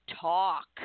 talk